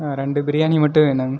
ரெண்டு பிரியாணி மட்டும் வேணுங்க